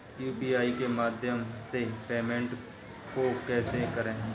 UPI के माध्यम से पेमेंट को कैसे करें?